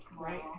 Right